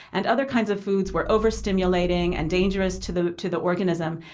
and other kinds of foods were over-stimulating and dangerous to the to the organism,